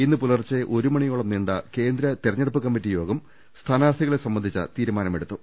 ഇന്ന് പുലർച്ചെ ഒരു മണിയോളം നീണ്ട കേന്ദ്ര തെരഞ്ഞെടുപ്പ് കമ്മിറ്റി യോഗം സ്ഥാനാർഥികളെ സംബ ന്ധിച്ച തീരുമാനം എടുത്തു